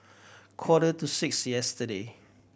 quarter to six yesterday